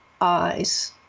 eyes